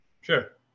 Sure